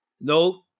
No